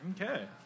Okay